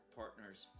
partner's